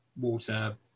water